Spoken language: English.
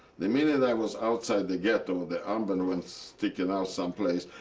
the minute i was outside the ghetto, the armband went sticking out some place.